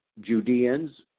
Judeans